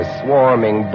swarming